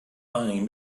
buying